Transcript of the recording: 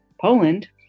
Poland